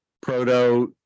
proto